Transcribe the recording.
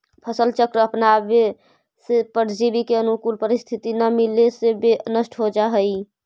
फसल चक्र अपनावे से परजीवी के अनुकूल परिस्थिति न मिले से वे नष्ट हो जाऽ हइ